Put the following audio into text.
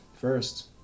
first